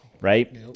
Right